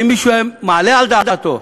האם מישהו היה מעלה על דעתו,